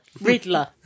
Riddler